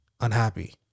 unhappy